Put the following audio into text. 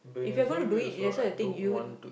if you gonna do it that's why I think you